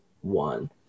one